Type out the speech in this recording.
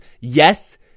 Yes